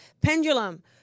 Pendulum